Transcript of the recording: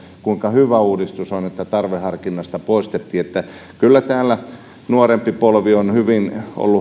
kuinka hyvä uudistus on että tarveharkinta poistettiin kyllä täällä nuorempi polvi on ollut hyvin